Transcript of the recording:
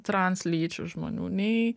translyčių žmonių nei